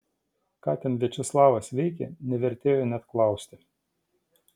ką ten viačeslavas veikė nevertėjo net klausti